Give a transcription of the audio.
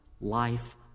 life